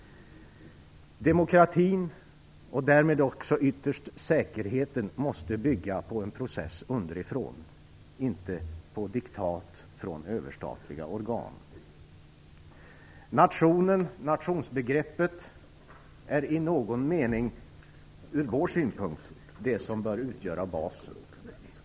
Demokratin och därmed också ytterst säkerheten måste bygga på en process underifrån - inte på diktat från överstatliga organ. Nationen, nationsbegreppet, bör från vår synpunkt i någon mening utgöra basen.